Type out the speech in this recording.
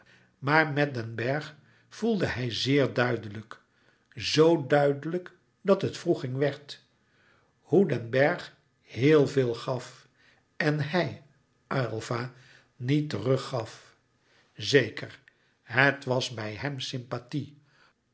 maar met den bergh voelde hij zeer duidelijk z duidelijk dat het wroeging werd hoe den bergh heel veel gaf en hij aylva niet terug gaf zeker het was bij hem sympathie